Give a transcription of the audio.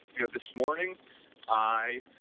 you know, this morning i